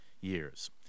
years